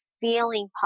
feeling